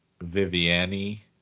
Viviani